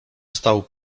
stał